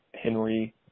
Henry